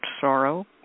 sorrow